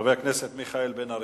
חבר הכנסת מיכאל בן-ארי.